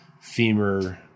femur